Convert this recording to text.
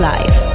Life